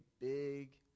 big